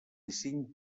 cinc